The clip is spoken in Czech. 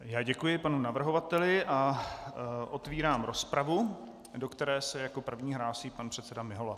Já děkuji panu navrhovateli a otevírám rozpravu, do které se jako první hlásí pan předseda Mihola.